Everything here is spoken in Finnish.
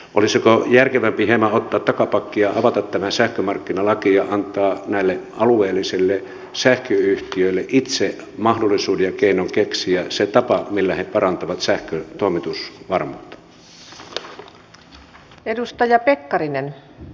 olisiko järkevämpää hieman ottaa takapakkia avata tämä sähkömarkkinalaki ja antaa näille alueellisille sähköyhtiöille itse mahdollisuus ja keino keksiä se tapa millä he parantavat sähkön toimitusvarmuutta